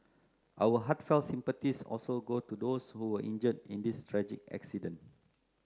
our heartfelt sympathies also go to those who were injured in this tragic accident